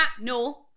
No